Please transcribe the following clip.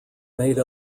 made